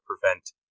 prevent